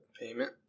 payment